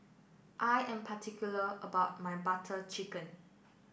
I am particular about my Butter Chicken